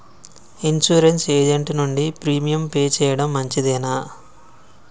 Insurance agent నుండి premium pay చేయడం మంచిదేనా?